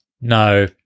no